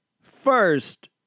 First